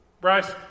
Bryce